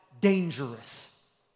dangerous